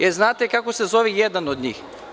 Da li znate kako se zove i jedan od njih?